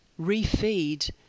refeed